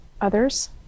others